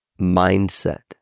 mindset